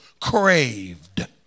craved